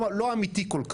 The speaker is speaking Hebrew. אמיתי כל כך.